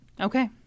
Okay